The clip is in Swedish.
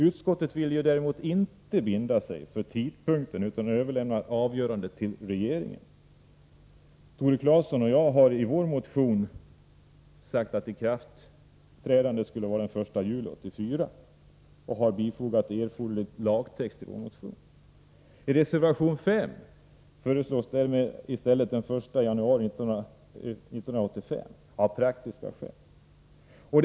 Utskottsmajoriteten vill däremot inte binda sig för tidpunkten utan vill överlämna avgörandet till regeringen. Tore Claeson och jag hari vår motion sagt att ikraftträdandet bör ske den 1 juli 1984 och har till vår motion bifogat förslag till erforderlig lagtext. I reservation 5 föreslås i stället den 1 januari 1985 — av praktiska skäl.